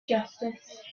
justice